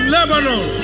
Lebanon